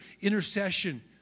intercession